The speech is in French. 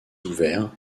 ouvert